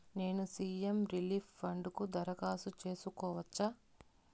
నేను CM relief fund కు దరఖాస్తు సేసుకోవచ్చా?